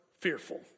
fearful